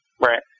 Right